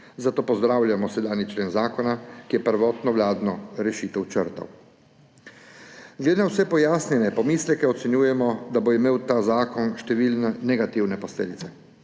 zato pozdravljamo sedanji člen zakona, ki je prvotno vladno rešitev črtal. Glede na vse pojasnjene pomisleke ocenjujemo, da bo imel ta zakon številne negativne posledice.